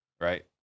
right